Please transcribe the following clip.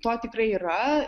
to tikrai yra